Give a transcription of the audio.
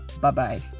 bye-bye